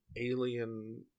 alien